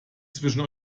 zwischen